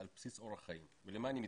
בסיס אורח חיים ואומר למה אני מתכוון.